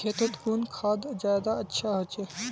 खेतोत कुन खाद ज्यादा अच्छा होचे?